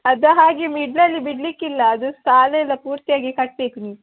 ಅದು ಹಾಗೆ ಮಿಡ್ಲಲ್ಲಿ ಬಿಡಲಿಕ್ಕಿಲ್ಲಅದು ಸಾಲಯೆಲ್ಲ ಪೂರ್ತಿಯಾಗಿ ಕಟ್ಟಬೇಕು ನೀವು